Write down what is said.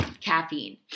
caffeine